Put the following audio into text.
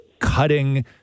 cutting